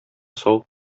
сау